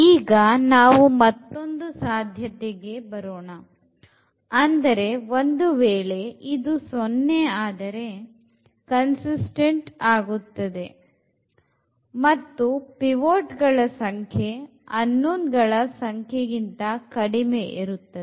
ಈಗ ನಾವು ಮತ್ತೊಂದು ಸಾಧ್ಯತೆಗೆ ಬರೋಣ ಅಂದರೆ ಒಂದು ವೇಳೆ ಇದು 0 ಆದರೆ ಕನ್ಸಿಸ್ತೆಂಟ್ ಆಗುತ್ತದೆ ಮತ್ತು ಪಿವೊಟ್ ಗಳ ಸಂಖ್ಯೆ unknown ಗಳ ಸಂಖ್ಯೆ ಗಿಂತ ಕಡಿಮೆ ಇರುತ್ತದೆ